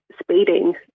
speeding